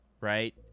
right